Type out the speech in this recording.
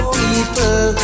people